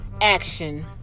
action